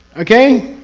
okay?